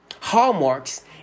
hallmarks